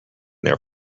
their